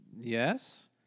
Yes